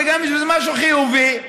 יש בזה משהו חיובי,